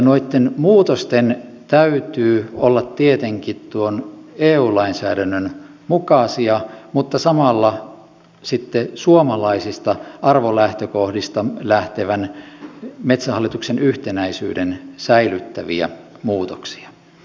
noitten muutosten täytyy olla tietenkin tuon eu lainsäädännön mukaisia mutta samalla sitten suomalaisista arvolähtökohdista lähtevän metsähallituksen yhtenäisyyden säilyttäviä muutoksia